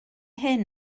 hyn